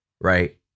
Right